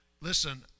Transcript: listen